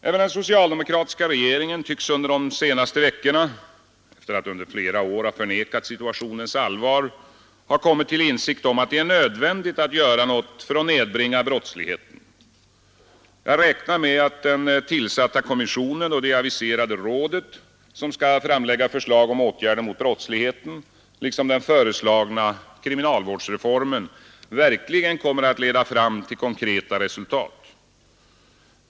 Även den socialdemokratiska regeringen tycks under de senaste veckorna — efter att under flera år har förnekat situationens allvar — ha kommit till insikt om att det är nödvändigt att göra något för att nedbringa brottsligheten. Jag räknar med att den tillsatta kommissionen och det aviserade rådet, som skall framlägga förslag om åtgärder mot brottsligheten, liksom den föreslagna kriminalvårdsreformen, verkligen kommer att leda fram till konkreta resultat.